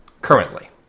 currently